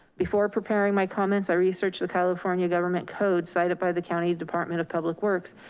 before preparing my comments, i researched the california government code cited by the county department of public works,